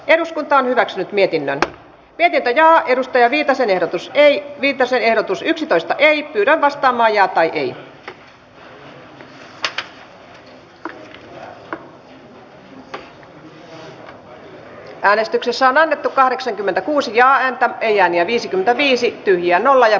eduskunta edellyttää että hallitus tuo välittömästi työllisyyttä tukevan lisätalousarvion johon sisältyy riittävien työllisyysmäärärahojen lisäksi pidemmällä aikajänteellä talouskasvua ja velkakestävyyttä vahvistava asunto ja perusrakenneinvestointiohjelma